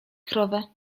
krowę